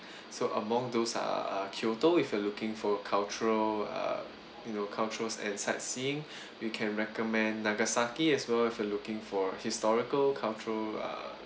so among those are uh kyoto if you're looking for cultural uh you know cultural and sightseeing we can recommend nagasaki as well if you're looking for historical cultural uh